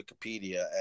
Wikipedia